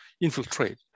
infiltrate